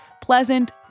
Pleasant